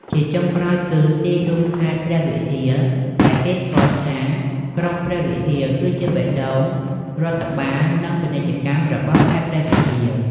ជាចុងក្រោយគឺ ទីរួមខេត្តព្រះវិហារដែលគេស្គាល់ថា ក្រុងព្រះវិហារ គឺជាបេះដូងរដ្ឋបាល និងពាណិជ្ជកម្មរបស់ខេត្តព្រះវិហារ។